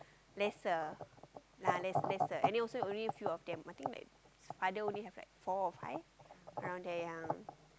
lesser ah less lesser and then also only few of them I think like father only have like four or five around there yea